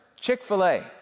Chick-fil-A